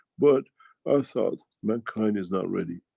but i thought mankind is not ready.